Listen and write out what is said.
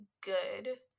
good